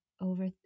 over